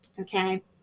Okay